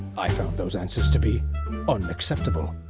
i found those answers to be unacceptable.